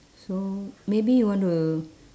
so maybe you want to